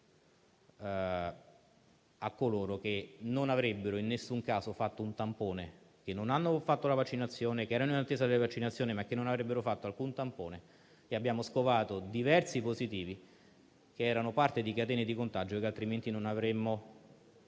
a coloro che non avrebbero in nessun caso fatto un tampone, che non hanno fatto la vaccinazione, che erano in attesa di vaccinazione, ma che non avrebbero fatto alcun tampone. Noi abbiamo così scovato diversi positivi, che erano parte di catene di contagio che altrimenti non avremmo